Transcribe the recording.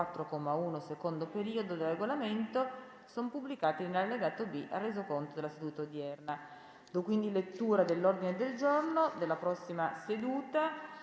Grazie